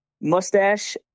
mustache